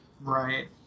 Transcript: Right